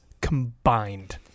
combined